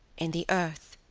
in the earth,